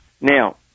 Now